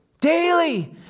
Daily